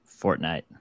Fortnite